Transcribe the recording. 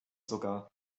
sogar